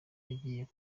yagiye